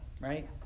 right